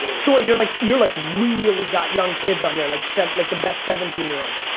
and so you're like you're like really got young kids on there. like so like the best seventeen year old.